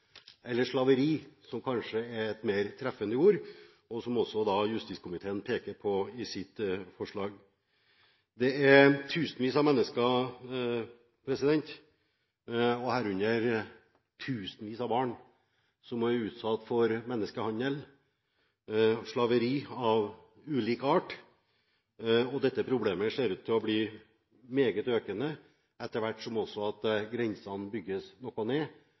eller slaveri, som kanskje er et mer treffende ord, og som justiskomiteen bruker i sitt forslag. Det er tusenvis av mennesker, herunder tusenvis av barn, som nå er utsatt for menneskehandel, slaveri av ulik art. Dette problemet ser ut til å bli stadig mer økende etter hvert som grensene bygges noe ned.